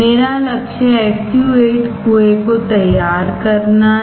मेरा लक्ष्य SU 8 कुएं को तैयार करना है